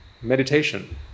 meditation